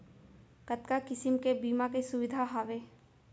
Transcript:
कतका किसिम के बीमा के सुविधा हावे?